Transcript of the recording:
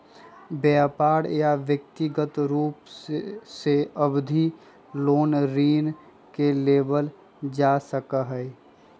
व्यापार या व्यक्रिगत रूप से अवधि लोन ऋण के लेबल जा सका हई